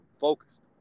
focused